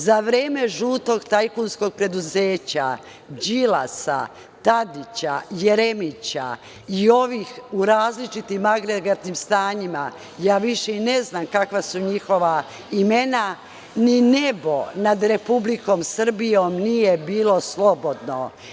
Za vreme žutog tajkunskog preduzeća Đilasa, Tadića, Jeremića i ovih u različitim agregatnim stanjima, ja više i ne znam kakva su njihova imena, ni nebo nad Republikom Srbijom nije bilo slobodno.